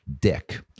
Dick